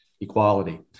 equality